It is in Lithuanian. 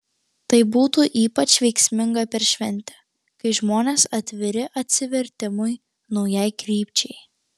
tai būtų ypač veiksminga per šventę kai žmonės atviri atsivertimui naujai krypčiai